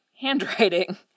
handwriting